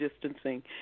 distancing